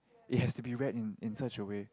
it has to be read in in such a way